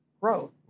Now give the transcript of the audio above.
growth